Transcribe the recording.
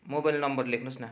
mobile number लेख्नु होस् न